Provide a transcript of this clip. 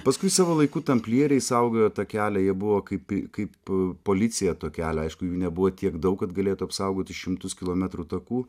paskui savo laiku tamplieriai saugojo tą kelią jie buvo kaip kaip policija to kelio aišku jų nebuvo tiek daug kad galėtų apsaugoti šimtus kilometrų takų